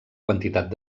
quantitat